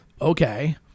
okay